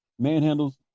manhandles